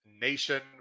nation